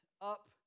up